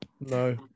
No